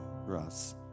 Russ